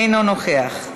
אינו נוכח,